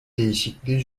değişikliği